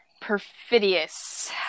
Perfidious